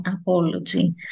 apology